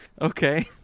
Okay